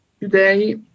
today